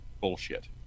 bullshit